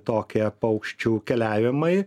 tokie paukščių keliavimai